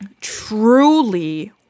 truly